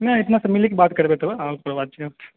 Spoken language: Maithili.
नहि इतना तऽ मिलैक बाद करबे करब और ओकर बाद किछु